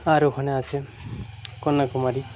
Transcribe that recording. আর ওখানে আছে কন্যাকুমারী